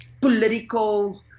Political